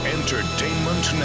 Entertainment